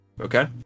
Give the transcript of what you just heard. okay